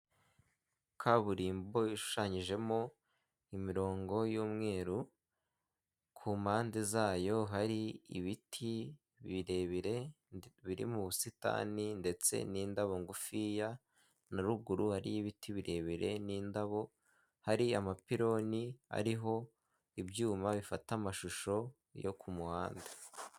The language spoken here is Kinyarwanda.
Kaburimbo ishushanyijemo imirongo y'umweru ku mpande zayo hari ibiti birebire biri mu busitani ndetse n'indabo ngufiya na ruguru hari ibiti birebire n'indabo, hari amapironi ariho ibyuma bifata amashusho yo ku muhanda.